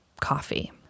coffee